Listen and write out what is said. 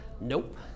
Nope